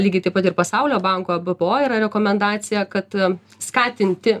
lygiai taip pat ir pasaulio banko ebpo yra rekomendacija kad skatinti